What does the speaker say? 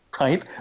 right